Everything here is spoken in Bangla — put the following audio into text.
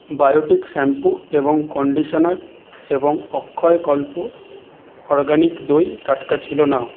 বায়োটিক শ্যাম্পু এবং কন্ডিশনার এবং অক্ষয়কল্প অরগ্যানিক দই টাটকা ছিল না